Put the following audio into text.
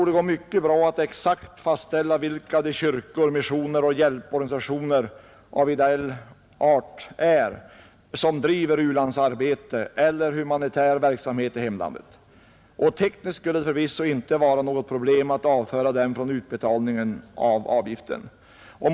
Det går mycket bra att exakt fastställa vilka de kyrkor, missioner och hjälporganisationer av ideell art är, som driver u-landsarbete eller humanitär verksamhet i hemlandet. Inte heller tekniskt skulle det vara något problem att undanta dem från skyldigheten att betala denna avgift.